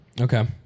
Okay